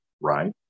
right